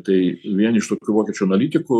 tai vieni iš tokių vokiečių analitikų